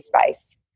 space